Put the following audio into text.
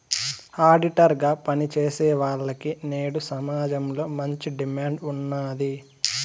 auditor గా పని చేసేవాల్లకి నేడు సమాజంలో మంచి డిమాండ్ ఉన్నాది